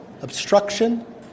obstruction